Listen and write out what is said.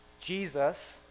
jesus